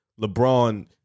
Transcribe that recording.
LeBron